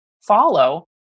follow